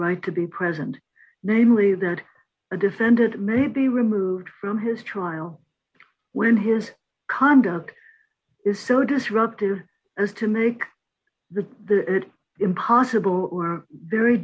right to be present namely that a defendant may be removed from his trial when his conduct is so disruptive as to make the impossible or very